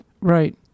Right